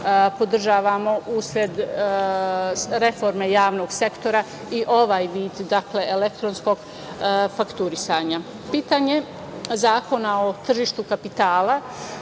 podržavamo usled reforme javnog sektora i ovaj vid elektronskog fakturisanja. Pitanje Zakona o tržištu kapitala,